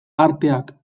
arteak